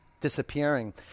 disappearing